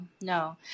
no